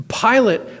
Pilate